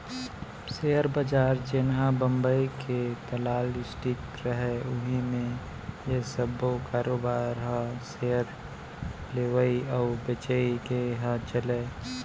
share बजार जेनहा बंबई के दलाल स्टीक रहय उही मेर ये सब्बो कारोबार ह सेयर लेवई अउ बेचई के ह चलय